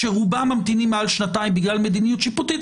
כשרובם ממתינים מעל שנתיים בגלל מדיניות שיפוטית,